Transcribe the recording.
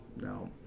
no